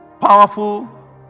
powerful